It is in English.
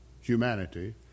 humanity